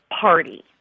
party